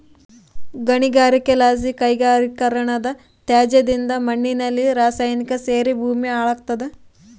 ಗಣಿಗಾರಿಕೆಲಾಸಿ ಕೈಗಾರಿಕೀಕರಣದತ್ಯಾಜ್ಯದಿಂದ ಮಣ್ಣಿನಲ್ಲಿ ರಾಸಾಯನಿಕ ಸೇರಿ ಭೂಮಿ ಹಾಳಾಗ್ತಾದ